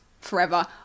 forever